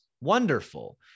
wonderful